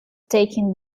taken